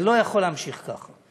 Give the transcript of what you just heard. זה לא יכול להימשך כך.